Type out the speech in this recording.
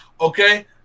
Okay